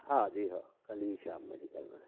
ہاں جی ہاں کل ہی شام میں نکلنا ہے